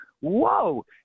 Whoa